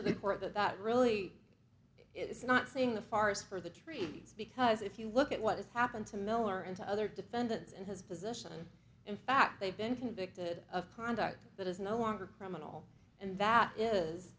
to the court that that really is not seeing the forest for the trees because if you look at what has happened to miller into other defendants and his position in fact they've been convicted of conduct that is no longer criminal and that is